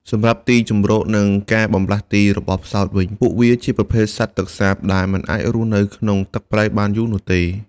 សម្រាប់ទីជម្រកនិងការបម្លាស់ទីរបស់ផ្សោតវិញ ពួកវាជាប្រភេទសត្វទឹកសាប ដែលមិនអាចរស់នៅក្នុងទឹកប្រៃបានយូរនោះទេ។